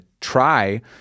try